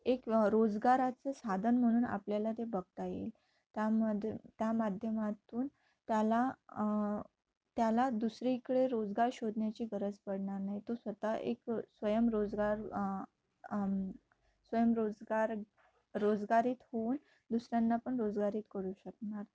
एक व रोजगाराचं साधन म्हणून आपल्याला ते बघता येईल त्यामध्ये त्या माध्यमातून त्याला त्याला दुसरीकडे रोजगार शोधण्याची गरज पडणार नाही तो स्वतः एक स्वयंरोजगार स्वयंरोजगार रोजगारीत होऊन दुसऱ्यांना पण रोजगारीत करू शकणार